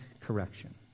correction